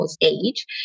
age